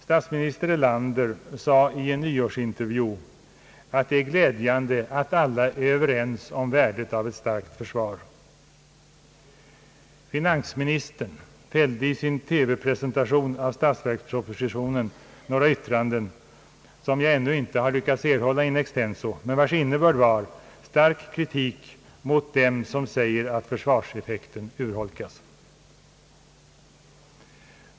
Statsminister Erlander sade i en nyårsintervju, att det är glädjande att alla är överens om värdet av ett starkt försvar. Finansministern fällde i sin TV-presentation av statsverkspropositionen några yttranden, som jag ännu inte lyckats erhålla in extenso men vil kas innebörd var stark kritik mot dem som säger att försvarseffekten urholkas.